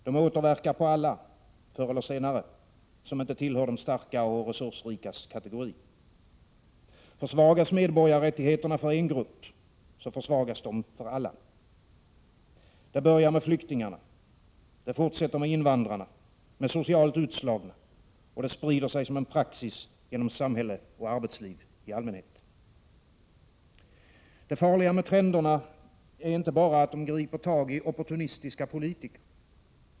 De återverkar förr eller senare på alla som inte tillhör de starka och resursrikas kategori. Försvagas medborgarrättigheterna för en viss grupp, försvagas de för alla. Det börjar med flyktingarna, det fortsätter med invandrarna och de socialt utslagna, och det sprider sig som en praxis genom samhälle och arbetsliv i allmänhet. Det farliga med trenderna är inte bara att de griper tag i opportunistiska politiker.